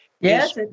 Yes